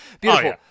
Beautiful